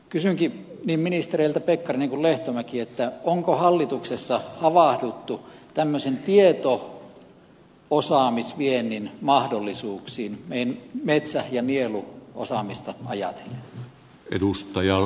kysynkin ministereiltä pekkarinen ja lehtomäki onko hallituksessa havahduttu tämmöisen tieto osaamisviennin mahdollisuuksiin metsä ja nieluosaamista ajatellen